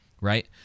right